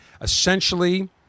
Essentially